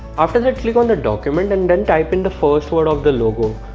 after that click on the document and then type in the first word of the logo